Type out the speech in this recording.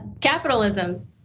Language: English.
Capitalism